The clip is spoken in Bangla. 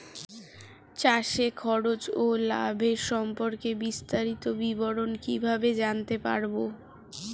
চাষে খরচ ও লাভের সম্পর্কে বিস্তারিত বিবরণ কিভাবে জানতে পারব?